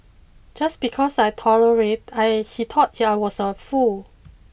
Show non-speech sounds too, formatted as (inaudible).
just because I tolerated I he thought (unintelligible) I was a fool